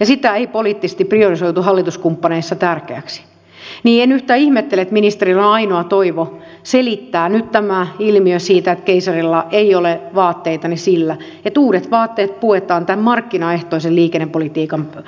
ja sitä ei poliittisesti priorisoitu hallituskumppaneissa tärkeäksi enkä yhtään ihmettele että ministerillä on ainoa toivo selittää nyt tämä ilmiö siitä että keisarilla ei ole vaatteita sillä että uudet vaatteet puetaan tämän markkinaehtoisen liikennepolitiikan nimissä päälle